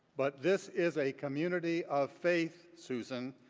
but this is a community of faith, susan,